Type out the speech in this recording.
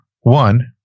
one